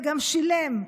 וגם שילם,